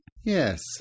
Yes